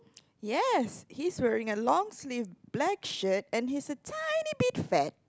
yes he's wearing a long sleeve black shirt and he's a tiny bit fat